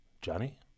Johnny